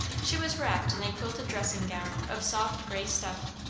she was wrapped in a quilted dressing-gown of soft grey stuff,